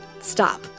stop